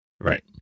Right